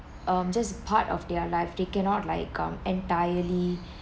um just part of their life they cannot like um come entirely